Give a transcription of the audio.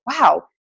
wow